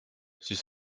siis